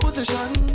Position